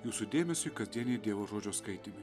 jūsų dėmesiui kasdieniai dievo žodžio skaitymai